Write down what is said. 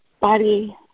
body